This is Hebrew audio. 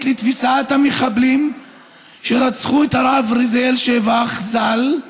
לתפיסת המחבלים שרצחו של הרב רזיאל שבח ז"ל,